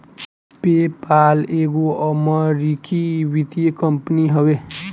PayPal एगो अमरीकी वित्तीय कंपनी हवे